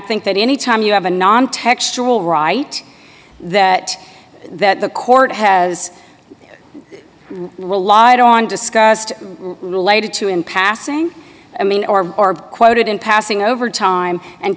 think that any time you have a non textural right that that the court has relied on discussed related to in passing i mean or are quoted in passing over time and